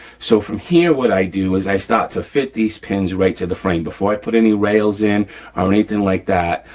so from here what i do is i start to fit these pins right to the frame before i put any rails in or anything like that,